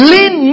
Lean